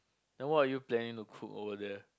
then what are you planning to cook over there